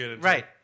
right